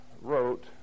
wrote